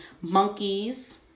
monkeys